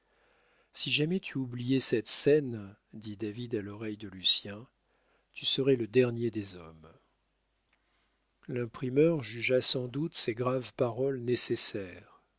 si jamais tu oubliais cette scène dit david à l'oreille de lucien tu serais le dernier des hommes l'imprimeur jugea sans doute ces graves paroles nécessaires